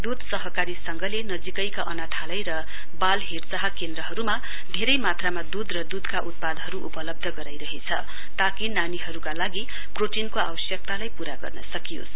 दूध सहकारी संघले नजीकैका अनाथालय र बाल हेरचाह केन्द्रहरूमा धेरै मात्रामा दूध र दूधका उत्पादहरू उपलब्ध गराइरहेछ ताकि नानीहरूका लागि प्रोटिनको आवश्यकतालाई पूरा गर्न सकियोस